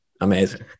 Amazing